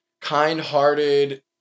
kind-hearted